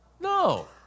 No